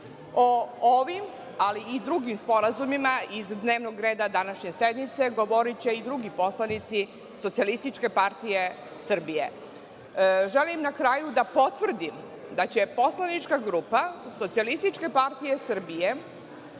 o ovim ali i drugim sporazumima iz dnevnog reda današnje sednice govoriće i drugi poslanici Socijalističke partije Srbije. Želim na kraju da potvrdim da će Poslanička grupa SPS podržati ratifikaciju